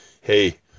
Hey